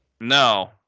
No